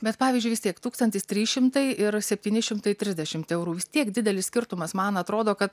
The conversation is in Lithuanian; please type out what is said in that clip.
bet pavyzdžiui vis tiek tūkstantis trys šimtai ir septyni šimtai trisdešimt eurų vis tiek didelis skirtumas man atrodo kad